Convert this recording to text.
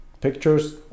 pictures